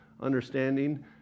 understanding